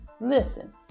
listen